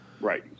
Right